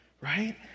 right